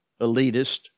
elitist